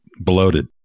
bloated